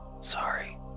sorry